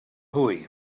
hooey